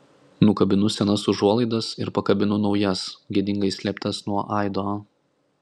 nukabinu senas užuolaidas ir pakabinu naujas gėdingai slėptas nuo aido